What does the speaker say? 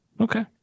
Okay